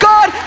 God